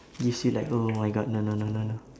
you just feel like oh my god no no no no no